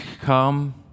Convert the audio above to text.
come